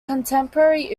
contemporary